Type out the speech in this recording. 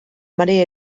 marea